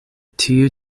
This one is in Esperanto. tiu